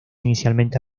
inicialmente